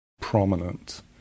prominent